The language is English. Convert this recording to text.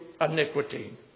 iniquity